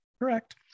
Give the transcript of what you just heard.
Correct